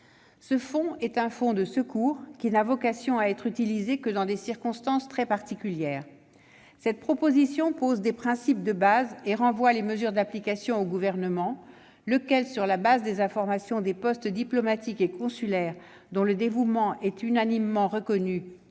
Ce fonds est un fonds de secours qui n'a vocation à être utilisé que dans des circonstances très particulières. Cette proposition de loi pose des principes de base et renvoie les mesures d'application au Gouvernement, lequel, sur le fondement des informations des postes diplomatiques et consulaires, dont le dévouement est unanimement reconnu,